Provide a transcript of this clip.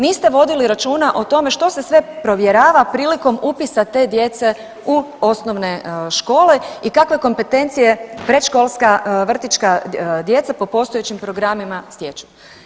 Niste vodili računa o tome što se sve provjerava prilikom upisa te djece u osnovne škole i kakve kompetencije predškolska vrtićka djeca po postojećim programima stječu.